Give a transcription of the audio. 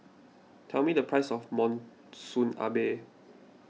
tell me the price of Monsunabe